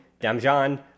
Damjan